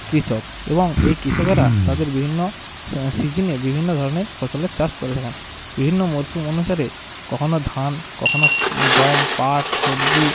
কৃষক এবং এই কৃষকেরা তাদের বিভিন্ন সিজনে বিভিন্ন ধরনের ফসলের চাষ করে থাকেন বিভিন্ন মরশুম অনুসারে কখনও ধান কখনও গম পাট সবজি